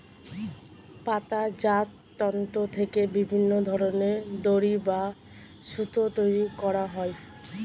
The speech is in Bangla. পাতাজাত তন্তু থেকে বিভিন্ন ধরনের দড়ি বা সুতো তৈরি করা হয়